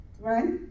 Right